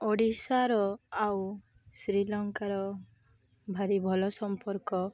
ଓଡ଼ିଶାର ଆଉ ଶ୍ରୀଲଙ୍କାର ଭାରି ଭଲ ସମ୍ପର୍କ